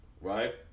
Right